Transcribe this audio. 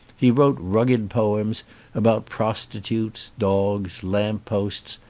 he wrote rugged poems about prostitutes, dogs, lamp-posts,